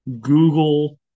Google